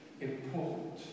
important